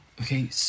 Okay